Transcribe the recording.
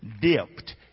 Dipped